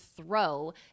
throw